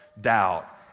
doubt